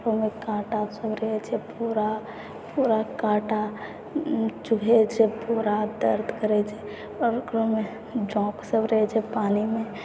ओहिमे बहुत काँटासब रहै छै पूरा पूरा काँटा चुभि जाइ छै पूरा दर्द करै छै आओर ओकरोमे जोङ्कसब रहै छै पानिमे